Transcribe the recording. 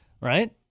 Right